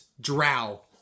drow